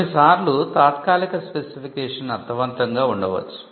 కొన్ని సార్లు తాత్కాలిక స్పెసిఫికేషన్ అర్ధవంతంగా ఉండవచ్చు